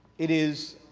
it is